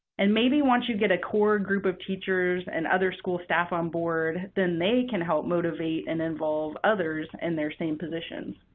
and maybe once you get a core group of teachers and other school staff on board, then they can help motivate and involve others in their same positions.